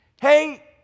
Hey